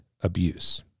abuse